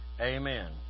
amen